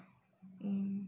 mm